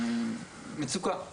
מצוקה.